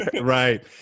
Right